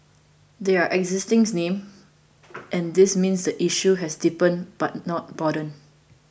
they are existing names and this means the issue has deepened but not broadened